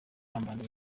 kambanda